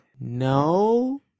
no